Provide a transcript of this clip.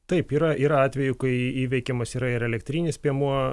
taip yra yra atvejų kai įveikiamas yra ir elektrinis piemuo